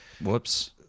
Whoops